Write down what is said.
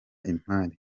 imari